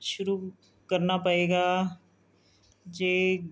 ਸ਼ੁਰੂ ਕਰਨਾ ਪਵੇਗਾ ਜੇ